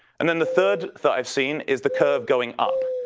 and then the third that i've seen is the curve going up.